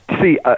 See